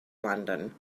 london